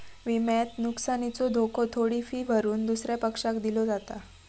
विम्यात नुकसानीचो धोको थोडी फी भरून दुसऱ्या पक्षाक दिलो जाता